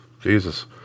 Jesus